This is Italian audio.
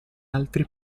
altri